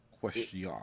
question